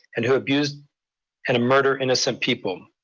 and who abused and murder innocent people.